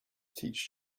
teach